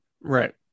Right